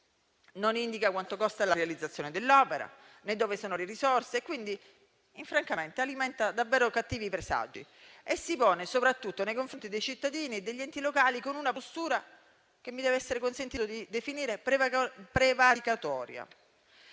non indica quanto costa la realizzazione dell'opera, né dove sono le risorse, per cui francamente alimenta davvero cattivi presagi e si pone soprattutto nei confronti dei cittadini e degli enti locali con una postura che mi dev'essere consentito di definire prevaricatoria.